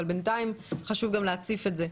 אבל בינתיים חשוב גם להציף את זה.